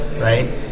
right